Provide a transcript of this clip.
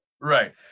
right